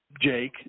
Jake